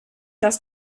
das